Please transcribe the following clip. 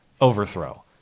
overthrow